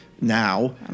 Now